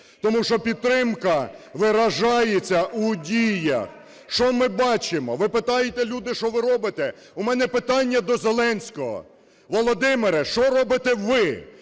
Тому що підтримка виражається у діях. Що ми бачимо? Ви питаєте: "Люди, що ви робите?" У мене питання до Зеленського: Володимире, що робите ви,